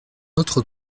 autre